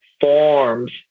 forms